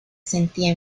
sentía